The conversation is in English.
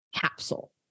capsule